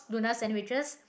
tuna sandwiches